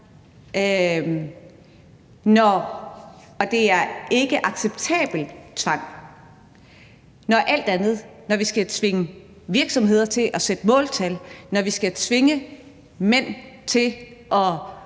– og ikkeacceptabel tvang – når der er alt det andet, altså når vi skal tvinge virksomheder til at sætte måltal; når vi skal tvinge mænd til at